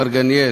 מר גניאל,